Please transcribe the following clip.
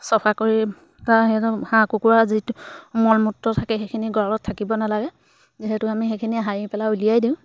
চাফা কৰি তাৰ সেইটো হাঁহ কুকুৰাৰ যিটো মলমূত্ৰ থাকে সেইখিনি গৰালত থাকিব নালাগে যিহেতু আমি সেইখিনি সাৰি পেলাই উলিয়াই দিওঁ